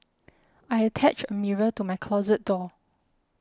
I attached a mirror to my closet door